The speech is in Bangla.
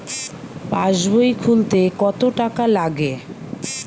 পাশবই খুলতে কতো টাকা লাগে?